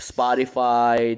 Spotify